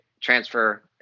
transfer